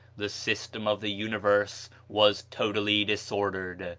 the system of the universe was totally disordered.